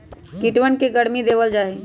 कीटवन के गर्मी देवल जाहई